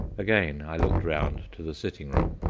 again i looked round to the sitting-room.